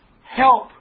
help